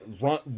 run